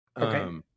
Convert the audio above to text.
Okay